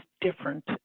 different